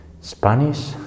Spanish